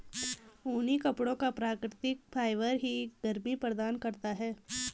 ऊनी कपड़ों का प्राकृतिक फाइबर ही गर्मी प्रदान करता है